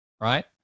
Right